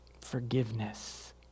Forgiveness